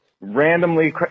randomly